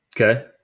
Okay